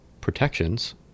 protections